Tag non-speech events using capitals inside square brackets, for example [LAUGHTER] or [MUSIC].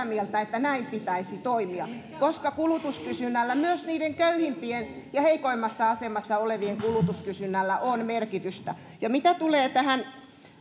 [UNINTELLIGIBLE] mieltä että näin pitäisi toimia koska kulutuskysynnällä myös niiden köyhimpien ja heikoimmassa asemassa olevien kulutuskysynnällä on merkitystä ja mitä tulee tähän